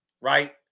right